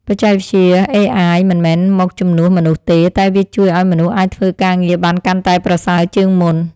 បច្ចេកវិទ្យាអេអាយមិនមែនមកជំនួសមនុស្សទេ តែវាជួយឱ្យមនុស្សអាចធ្វើការងារបានកាន់តែប្រសើរជាងមុន។